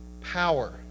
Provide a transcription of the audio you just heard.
power